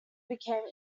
became